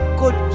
good